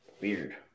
weird